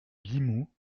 limoux